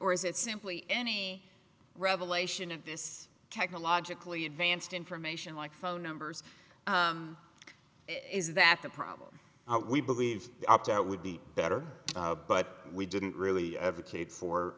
or is it simply any revelation of this technologically advanced information like phone numbers is that the problem we believe opt out would be better but we didn't really